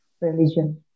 religion